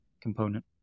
component